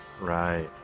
right